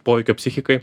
poveikio psichikai